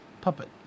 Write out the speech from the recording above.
Puppet